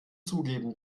zugeben